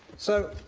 so,